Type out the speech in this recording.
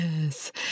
Yes